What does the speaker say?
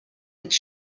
its